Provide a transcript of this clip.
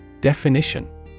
Definition